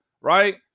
right